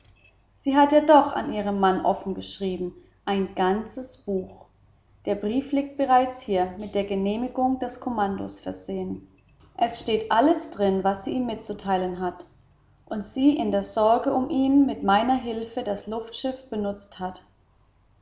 sie hat ja doch an ihren mann offen geschrieben ein ganzes buch der brief liegt bereits hier mit der genehmigung des kommandos versehen es steht alles darin was sie ihm mitzuteilen hat daß sie in der sorge um ihn mit meiner hilfe das luftschiff benutzt hat